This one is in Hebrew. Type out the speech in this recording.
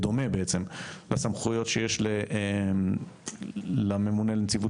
בדומה בעצם לסמכויות שיש לממונה לנציבות